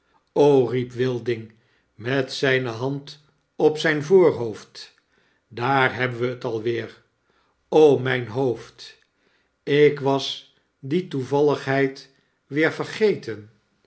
riep wilding met zijne hand op zijn voorhoofd daar hebben we t weer mijn hoofd ik was die toevalligheid weer vergeten